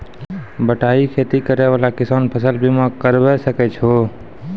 बटाई खेती करै वाला किसान फ़सल बीमा करबै सकै छौ?